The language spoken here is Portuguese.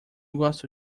gosto